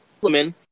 women